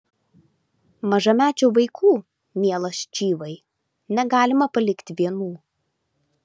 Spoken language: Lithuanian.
mažamečių vaikų mielas čyvai negalima palikti vienų